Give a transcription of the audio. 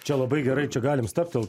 čia labai gerai čia galim stabtelt